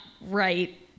right